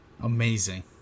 Amazing